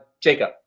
Jacob